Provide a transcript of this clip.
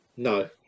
no